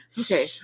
Okay